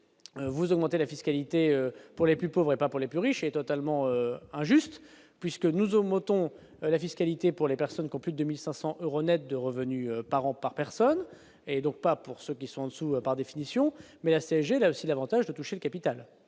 vous augmenter la fiscalité pour les plus pauvres et pas pour les plus riches et totalement injuste puisque nous augmentons la fiscalité pour les personnes qui ont plus 2500 euros nets de revenus par an par personne et donc pas pour ceux qui sont en-dessous dessous par définition mais la CSG là aussi davantage de toucher le capital